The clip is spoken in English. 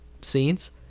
scenes